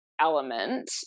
element